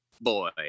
boy